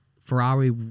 Ferrari